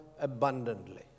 abundantly